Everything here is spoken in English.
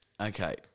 Okay